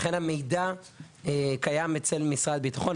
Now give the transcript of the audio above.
לכן המידע קיים אצל משרד הביטחון,